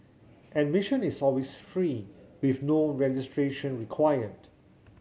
admission is always free with no registration required